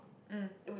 mm